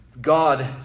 God